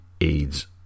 AIDS